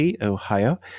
Ohio